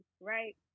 right